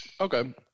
Okay